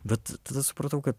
bet tada supratau kad